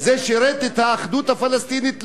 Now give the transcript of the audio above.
זה שירת את האחדות הפלסטינית?